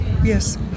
Yes